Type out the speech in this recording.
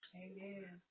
amen